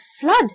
flood